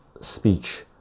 speech